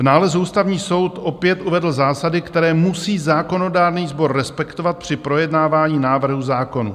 V nálezu Ústavní soud opět uvedl zásady, které musí zákonodárný sbor respektovat při projednávání návrhů zákonů.